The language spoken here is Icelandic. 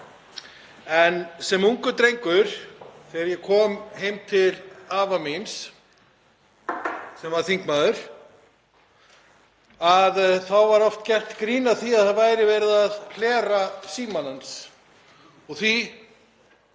Sem ungur drengur, þegar ég kom heim til afa míns sem var þingmaður, var oft gert grín að því að það væri verið að hlera símann hans. Því